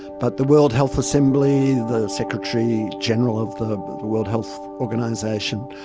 but the world health assembly, the secretary general of the world health organisation,